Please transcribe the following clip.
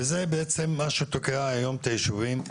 זה בעצם מה שתוקע היום את הישובים.